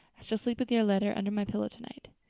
i shall sleep with your letter under my pillow tonight.